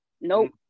nope